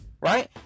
right